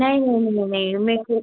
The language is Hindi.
नई नई नई मेरे को